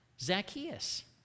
Zacchaeus